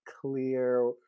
clear